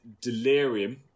Delirium